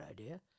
idea